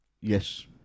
Yes